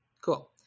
Cool